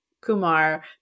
Kumar